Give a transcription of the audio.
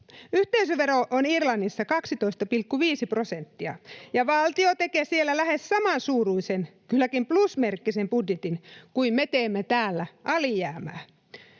Yhteisövero on Irlannissa 12,5 prosenttia, [Timo Harakka: Ei ole kauan!] ja valtio tekee siellä lähes samansuuruisen, kylläkin plusmerkkisen, budjetin kuin me teemme täällä alijäämää.